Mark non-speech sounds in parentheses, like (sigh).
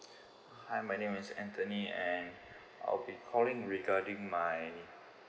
(noise) hi my name is anthony and I'll be calling regarding my